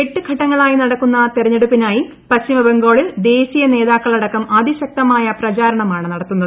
എട്ട് ഘട്ടങ്ങളായി നടക്കുന്ന തെരഞ്ഞെടുപ്പിനായി പശ്ചിമബംഗാളിൽ ദേശീയ നേതാക്കളടക്കം അതിശക്തമായ പ്രചാര ണമാണ് നടത്തുന്നത്